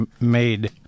made